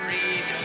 Read